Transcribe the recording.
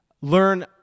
learn